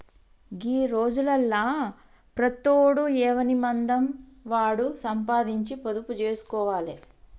గీ రోజులల్ల ప్రతోడు ఎవనిమందం వాడు సంపాదించి పొదుపు జేస్కోవాలె